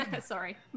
Sorry